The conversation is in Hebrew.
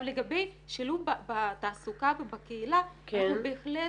לגבי שילוב בתעסוקה ובקהילה אנחנו בהחלט